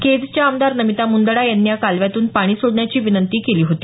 केजच्या आमदार नमिता मुंदडा यांनी या कालव्यातून पाणी सोडण्याची विनंती केली होती